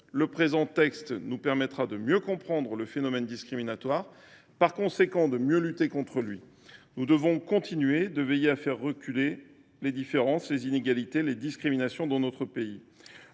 de loi nous permettra de mieux comprendre le phénomène discriminatoire et, par conséquent, de mieux lutter contre celui ci. Nous devons continuer de veiller à faire reculer les différences de traitement, les inégalités et les discriminations dans notre pays.